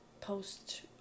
post